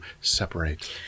separate